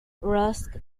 rusk